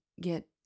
get